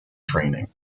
training